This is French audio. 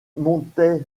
mountain